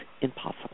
impossible